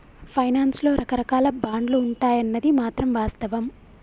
finance లో రకరాకాల బాండ్లు ఉంటాయన్నది మాత్రం వాస్తవం